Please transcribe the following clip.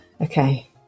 Okay